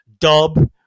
Dub